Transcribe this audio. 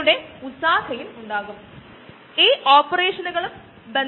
നമ്മൾ ഓർഗാനിസം ഉപയോഗിക്കുന്നു അതായത് മൈക്രോ ഓർഗാനിസം നമുക്ക് ആവശ്യമായ ഉൽപന്നം ഉണ്ടാകുന്നതിനു